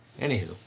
Anywho